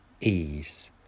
ease